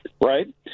right